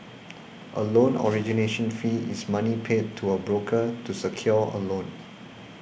a loan origination fee is money paid to a broker to secure a loan